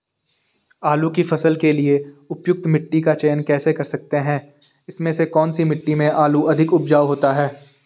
आलू की फसल के लिए उपयुक्त मिट्टी का चयन कैसे कर सकते हैं इसमें से कौन सी मिट्टी में आलू अधिक उपजाऊ होता है?